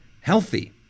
healthy